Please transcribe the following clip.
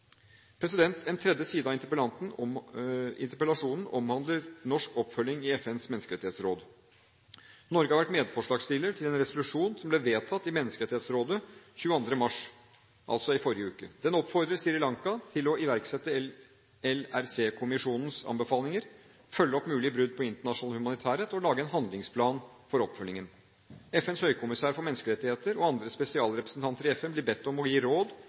En tredje side av interpellasjonen omhandler norsk oppfølging i FNs menneskerettighetsråd. Norge har vært medforslagsstiller til en resolusjon som ble vedtatt i Menneskerettighetsrådet 22. mars, altså i forrige uke. Den oppfordrer Sri Lanka til å iverksette LLRC-kommisjonens anbefalinger, følge opp mulige brudd på internasjonal humanitærrett og lage en handlingsplan for oppfølgingen. FNs høykommisær for menneskerettigheter og andre spesialrepresentanter i FN blir bedt om å gi råd